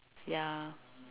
ya